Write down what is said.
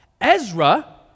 Ezra